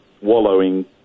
wallowing